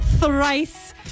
thrice